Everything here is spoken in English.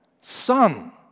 Son